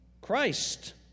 Christ